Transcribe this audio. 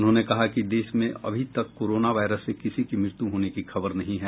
उन्होंने कहा कि देश में अभी तक कोरोना वायरस से किसी की मृत्यु होने की खबर नहीं है